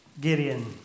Gideon